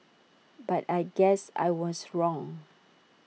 but I guess I was wrong